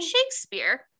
Shakespeare